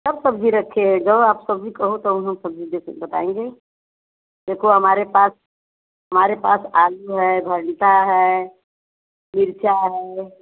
सब सब्ज़ी रखे हैं जो आप सब्ज़ी कहो तौन हम सब्ज़ी बताएँगे देखो हमारे पास हमारे पास आलू है भंटा है मिर्चा है